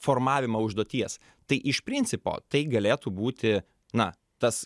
formavimą užduoties tai iš principo tai galėtų būti na tas